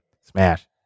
Smash